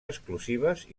exclusives